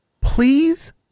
Please